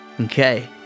Okay